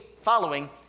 following